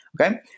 Okay